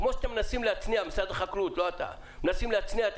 כמו שאתם מנסים להצניע משרד החקלאות,